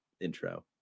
intro